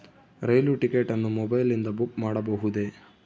ರೈಲು ticket ಅನ್ನು ಮೊಬೈಲಿಂದ book ಮಾಡಬಹುದೆ?